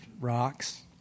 rocks